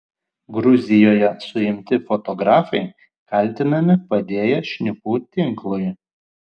gruzijoje suimti fotografai kaltinami padėję šnipų tinklui